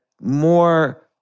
more